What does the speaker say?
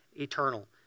eternal